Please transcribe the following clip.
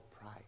pride